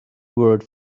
word